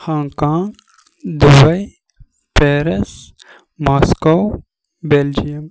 Hong Kong Dubai Paris Moscow Belgium